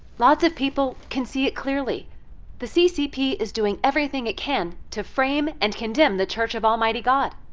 lots of people can see it clearly the ccp is doing everything it can to frame and condemn the church of almighty god,